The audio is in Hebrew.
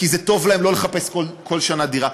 כי זה טוב להם לא לחפש כל שנה שוכרי דירה.